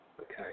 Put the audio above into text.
Okay